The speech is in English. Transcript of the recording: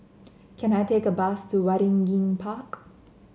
can I take a bus to Waringin Park